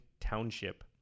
township